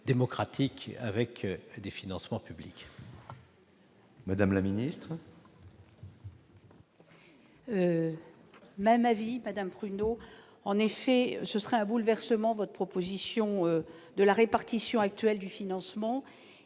démocratique grâce à des financements publics.